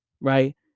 Right